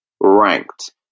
ranked